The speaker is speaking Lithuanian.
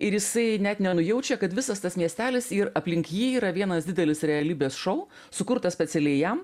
ir jisai net nenujaučia kad visas tas miestelis ir aplink jį yra vienas didelis realybės šou sukurtas specialiai jam